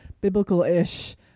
biblical-ish